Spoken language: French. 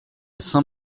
saint